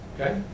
okay